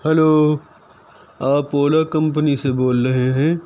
hello آپ Ola company سے بول رہے ہیں